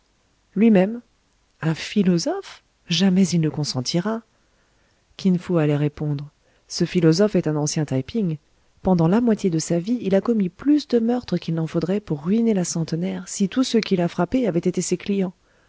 lui-même un philosophe jamais il ne consentira kin fo allait répondre ce philosophe est un ancien taï ping pendant la moitié de sa vie il a commis plus de meurtres qu'il n'en faudrait pour ruiner la centenaire si tous ceux qu'il a frappés avaient été ses clients